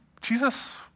Jesus